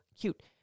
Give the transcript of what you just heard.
cute